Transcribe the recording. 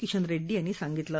किशन रेड्डी यांनी सांगितलं